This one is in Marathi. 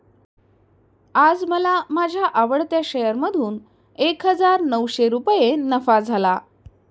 आज मला माझ्या आवडत्या शेअर मधून एक हजार नऊशे रुपये नफा झाला